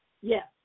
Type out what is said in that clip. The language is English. yes